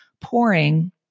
pouring